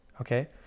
Okay